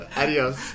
adios